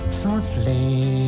softly